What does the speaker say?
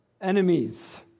enemies